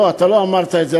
לא, אתה לא אמרת את זה.